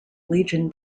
legion